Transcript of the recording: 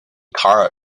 塔尔